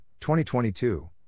2022